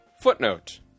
Footnote